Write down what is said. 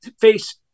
face